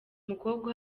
mukobwa